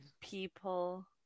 People